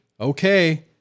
okay